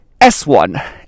S1